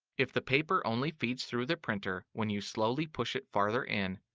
if the paper only feeds through the printer when you slowly push it farther in,